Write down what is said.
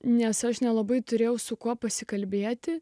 nes aš nelabai turėjau su kuo pasikalbėti